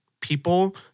people